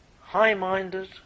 high-minded